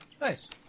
Nice